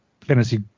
fantasy